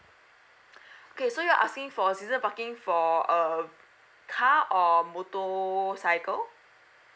okay so you're asking for a season parking for a car or motorcycle